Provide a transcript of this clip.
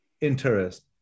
interest